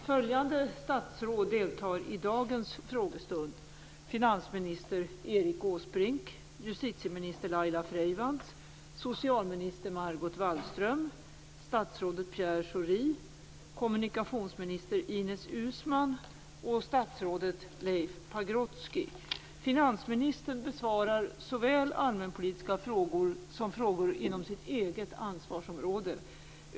Följande statsråd deltar i dagens frågestund: finansminister Erik Åsbrink, justitieminister Laila Freivalds, socialminister Margot Wallström, statsrådet Finansministern besvarar såväl allmänpolitiska frågor som frågor inom sitt eget ansvarsområde.